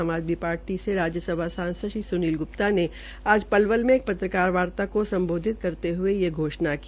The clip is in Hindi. आम आदमी पार्टी से राज्य सभा सांसद श्री सुनील ग्प्ता ने आज पलवल में एक पत्रकार वार्ता को सम्बोधित करते ये घोषणा की